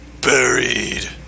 buried